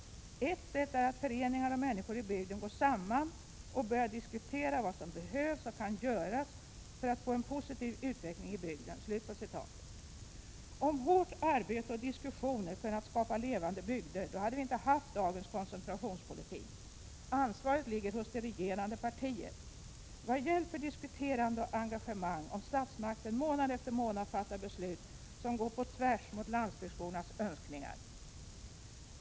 Ett sätt är att föreningar och människor i bygden går samman, och börjar diskutera vad som behövs och kan göras för att få en positiv utveckling i bygden.” Om hårt arbete och diskussioner kunnat skapa levande bygder, då hade vi inte haft dagens koncentrationspolitik. Ansvaret ligger hos det regerande partiet. Vad hjälper diskuterande och engagemang om statsmakten månad efter månad fattar beslut som går på tvärs mot landsbygdsbornas önskningar?